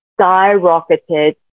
skyrocketed